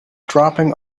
dropping